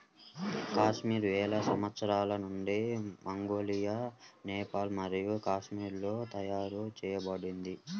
కాశ్మీర్ వేల సంవత్సరాల నుండి మంగోలియా, నేపాల్ మరియు కాశ్మీర్లలో తయారు చేయబడింది